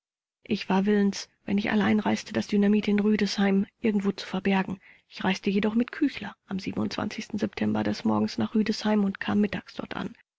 ich war willens wenn ich allein reiste das dynamit in rüdesheim irgendwo zu verbergen ich reiste jedoch mit küchler am september des morgens nach rüdesheim und kam mittags dort an